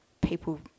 people